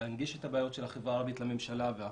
להנגיש את הבעיות של החברה הערבית לממשלה והפוך,